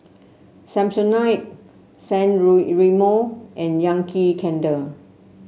Samsonite San Remo and Yankee Candle